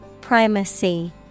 Primacy